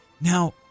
now